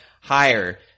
higher